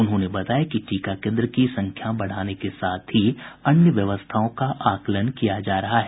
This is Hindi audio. उन्होंने बताया कि टीका केंद्र की संख्या बढ़ाने के साथ ही अन्य व्यवस्थाओं का आकलन किया जा रहा है